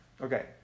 Okay